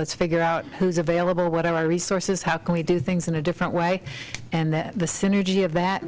let's figure out who's available whatever resources how can we do things in a different way and the synergy of that